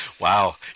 Wow